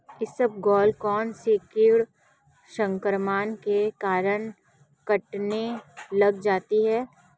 इसबगोल कौनसे कीट संक्रमण के कारण कटने लग जाती है?